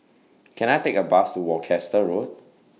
Can I Take A Bus to Worcester Road